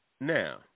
now